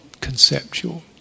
conceptual